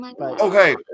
Okay